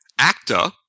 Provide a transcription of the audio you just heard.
Actor